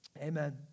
amen